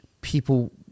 People